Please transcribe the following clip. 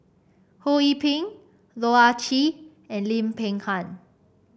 Ho Yee Ping Loh Ah Chee and Lim Peng Han